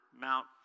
Mount